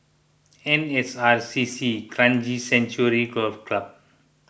N S R C C Kranji Sanctuary Golf Club